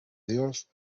dios